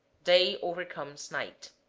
day overcomes night.